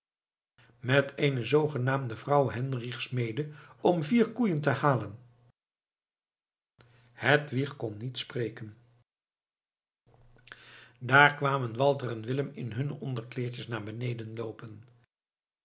met eene zoogenaamde vrouw heinrichs mede om vier koeien te halen hedwig kon niet spreken daar kwamen walter en willem in hunne onderkleertjes naar beneden loopen